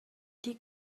die